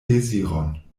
deziron